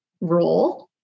role